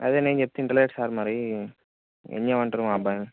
అదే నేను చెప్తే ఇంటలేడు సార్ మరి ఏం చేయమంటారు మా అబ్బాయిని